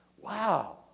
Wow